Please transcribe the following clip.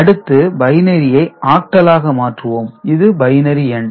அடுத்து பைனரியை ஆக்டலாக மாற்றுவோம் இது பைனரி எண்